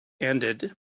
ended